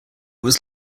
was